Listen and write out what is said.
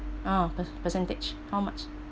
ah per~ percentage how much